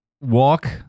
walk